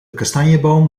kastanjeboom